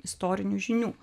istorinių žinių